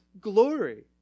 glory